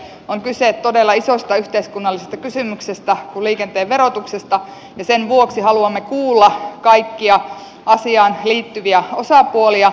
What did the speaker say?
on kyse todella isoista yhteiskunnallisista kysymyksistä kuten liikenteen verotuksesta ja sen vuoksi haluamme kuulla kaikkia asiaan liittyviä osapuolia